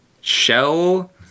shell